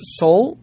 soul